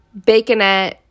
baconette